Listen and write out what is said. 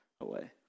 away